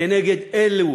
כנגד אלו